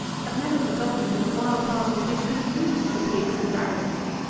have never forgotten that the wild parsnip is good food for pigs and rabbits.